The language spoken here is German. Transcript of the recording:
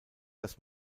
dass